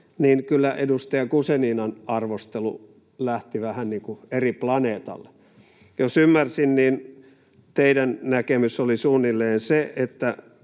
niin kyllä edustaja Guzeninan arvostelu lähti vähän niin kuin eri planeetalle. Jos ymmärsin, niin teidän näkemyksenne oli suunnilleen se, että